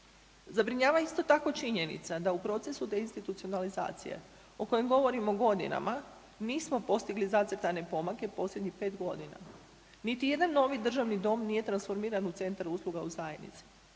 Zabrinjava isto tako činjenica da u procesu te institucionalizacije o kojem govorimo godinama nismo postigli zacrtane pomake posljednjih 5 godina. Niti jedan novi državni dom nije transformiran u centra usluga u zajednici,